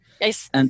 Yes